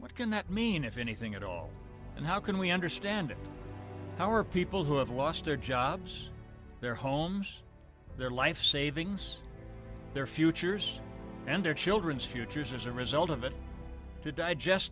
what can that mean if anything at all and how can we understand our people who have lost their jobs their homes their life savings their futures and their children's futures as a result of it to digest